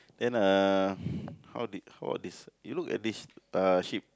then uh how did how this you look at this uh sheep